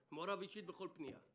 אני מעורב אישית בכל פנייה.